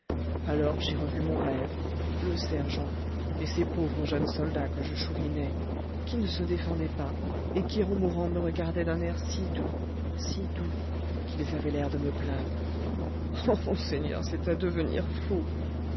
alors j'ai revu mon rêve le sergent et ces pauvres jeunes soldats que je chourinais qui ne se défendaient pas et qui en mourant me regardaient d'un air si doux si doux qu'ils avaient l'air de me plaindre oh monseigneur c'est à devenir fou